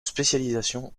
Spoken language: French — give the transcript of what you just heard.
spécialisation